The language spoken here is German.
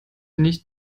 nicht